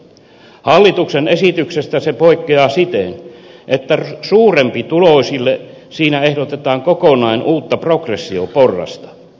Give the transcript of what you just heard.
hallituksen esityksestä se poikkeaa siten että suurempituloisille siinä ehdotetaan kokonaan uutta progressioporrasta